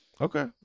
Okay